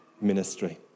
ministry